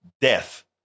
death